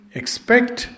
expect